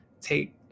take